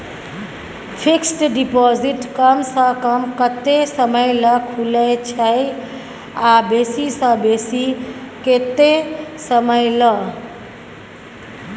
Fixed deposit कम स कम कत्ते समय ल खुले छै आ बेसी स बेसी केत्ते समय ल?